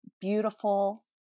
beautiful